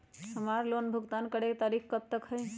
हमार लोन भुगतान करे के तारीख कब तक के हई?